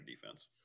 defense